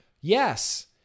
yes